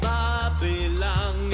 Babylon